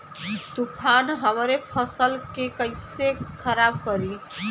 तूफान हमरे फसल के कइसे खराब करी?